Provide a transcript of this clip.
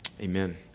amen